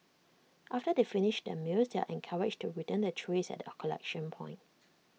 after they finish their meals they are encouraged to return their trays at A collection point